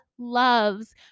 loves